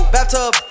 Bathtub